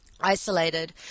isolated